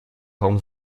raum